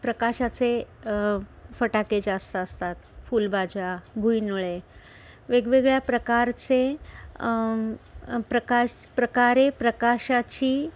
प्रकाशाचे फटाके जास्त असतात फुलबाजा भुईनुळे वेगवेगळ्या प्रकारचे प्रकाश प्रकारे प्रकाशाची